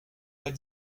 pas